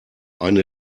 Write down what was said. eine